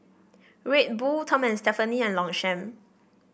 Red Bull Tom and Stephanie and Longchamp